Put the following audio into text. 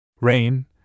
Rain